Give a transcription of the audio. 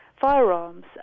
firearms